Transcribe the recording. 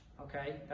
okay